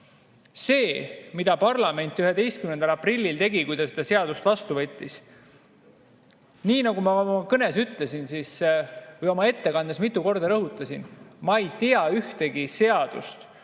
see, mida parlament 11. aprillil tegi, kui ta seda seadust vastu võttis, nii nagu ma oma kõnes ütlesin või oma ettekandes mitu korda rõhutasin: ma ei tea ühtegi seadust,